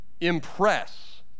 impress